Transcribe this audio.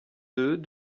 deux